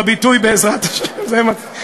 בביטוי "בעזרת השם".